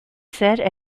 said